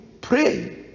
pray